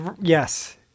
Yes